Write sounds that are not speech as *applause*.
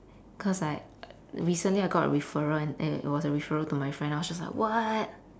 cause like *noise* recently I got a referral and it was a referral to my friend I was just like what